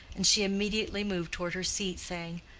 and she immediately moved toward her seat, saying,